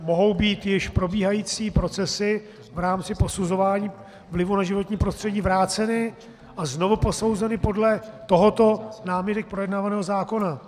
Mohou být již probíhající procesy v rámci posuzování vlivu na životní prostředí vráceny a znovu posouzeny podle tohoto námi teď projednávaného zákona.